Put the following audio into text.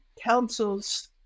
councils